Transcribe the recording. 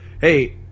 Hey